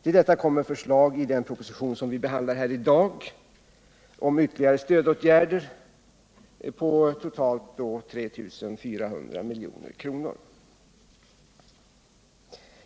I den proposition som vi behandlar i dag framläggs förslag om ytterligare stödåtgärder på totalt närmare 3 400 milj.kr.